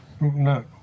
No